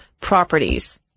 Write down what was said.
properties